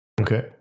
Okay